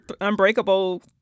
Unbreakable